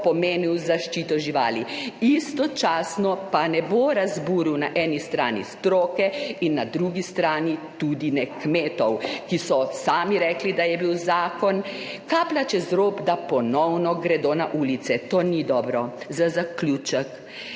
pomenil zaščito živali, istočasno pa ne bo razburil na eni strani stroke in na drugi strani kmetov, ki so sami rekli, da je bil zakon kaplja čez rob, da ponovno gredo na ulice. To ni dobro. Za zaključek.